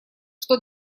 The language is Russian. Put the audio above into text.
что